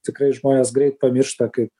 tikrai žmonės greit pamiršta kaip